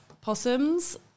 possums